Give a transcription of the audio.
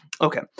Okay